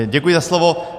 Děkuji za slovo.